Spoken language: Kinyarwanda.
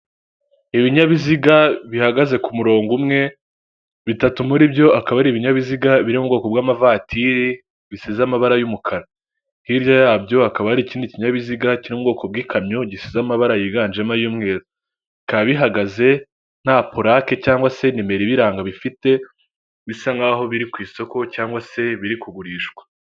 Ibinyabiziga bihagaze ku murongo umwe, bitatu muri byo akaba ari ibinyabiziga biri mu ubwoko bw'amavatiri bisize amabara y'umukara, hirya yabyo hakaba hari ikindi kinyabiziga cyo mu bwoko bw'ikamyo gisize amabara yiganjemo ay'umweru, bikaba bihagaze nta purake cyangwa se nimero ibiranga bifite bisa nkaho biri ku isoko cyangwa se biri kugurishwa.